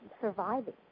surviving